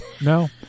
No